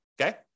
okay